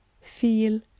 Feel